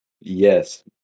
Yes